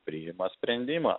priima sprendimą